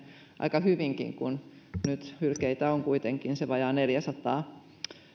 aika hyvinkin kun nyt hylkeitä on kuitenkin se vajaa neljännensadannen